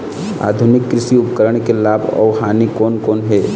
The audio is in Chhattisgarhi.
आधुनिक कृषि उपकरण के लाभ अऊ हानि कोन कोन हे?